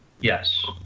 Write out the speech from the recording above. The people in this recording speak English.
Yes